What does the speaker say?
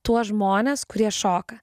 tuos žmones kurie šoka